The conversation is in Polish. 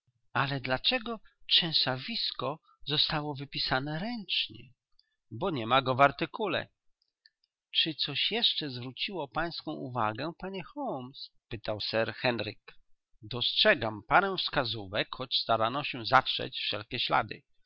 ale dlaczego słowo trzęsawisko zostało wypisane ręcznie bo niema go w artykule czy coś jeszcze zwróciło pańską uwagę panie holmes pytał sir henryk dostrzegam parę wskazówek choć starano się zatrzeć wszelkie ślady